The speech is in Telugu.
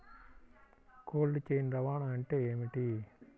కోల్డ్ చైన్ రవాణా అంటే ఏమిటీ?